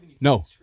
no